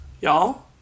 Y'all